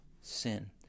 sin